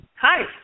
Hi